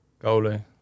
goalie